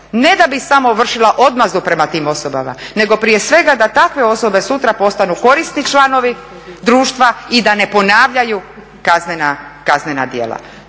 ne da bi samo vršila odmazdu prema tim osobama, nego prije svega da takve osobe sutra postanu korisni članovi društva i da ne ponavljaju kaznena djela.